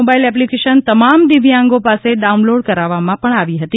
mobile application તમામ દિવ્યાંગો પાસે ડાઉનલોડ કરાવવામાં આવી હતી